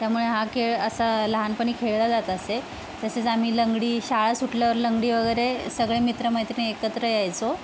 त्यामुळे हा खेळ असा लहानपणी खेळला जात असे तसेच आम्ही लंगडी शाळा सुटल्यावर लंगडी वगैरे सगळे मित्रमैत्रिणी एकत्र यायचो